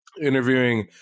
interviewing